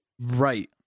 Right